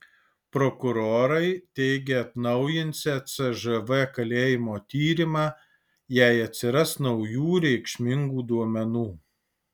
prokurorai teigia atnaujinsią cžv kalėjimo tyrimą jei atsiras naujų reikšmingų duomenų